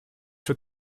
für